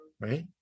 right